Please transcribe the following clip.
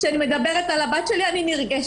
כשאני מדברת על הבת שלי אני נרגשת.